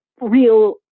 real